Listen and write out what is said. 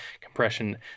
Compression